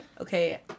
okay